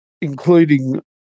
including